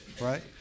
right